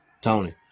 Tony